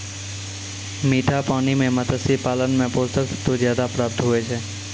मीठा पानी मे मत्स्य पालन मे पोषक तत्व ज्यादा प्राप्त हुवै छै